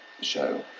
show